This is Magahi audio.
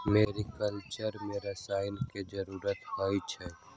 मेरिकलचर में रसायन के जरूरत होई छई